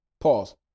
Pause